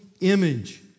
image